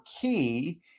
key